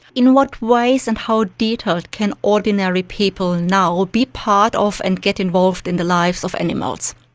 in what ways and how detailed can ordinary people now be part of and get involved in the lives of animals?